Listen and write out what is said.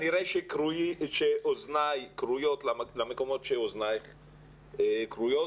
אוזניי כרויות למקומות שאוזנייך כרויות,